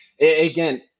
again